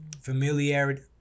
Familiarity